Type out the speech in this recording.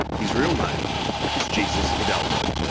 his real name is jesus hildago.